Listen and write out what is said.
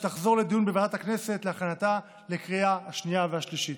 שתחזור לדיון בוועדת הכנסת להכנתה לקריאה השנייה והשלישית.